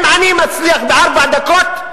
אם אני מצליח בארבע דקות,